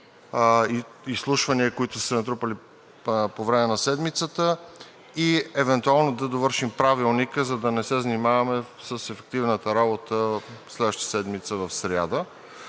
изслушвания, които са се натрупали по време на седмицата, и евентуално да довършим Правилника, за да не се занимаваме с ефективната работа следващата седмица в сряда.